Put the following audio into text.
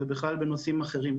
ובכלל בנושאים אחרים.